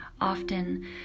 Often